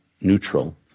neutral